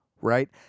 right